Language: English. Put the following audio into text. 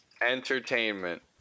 Entertainment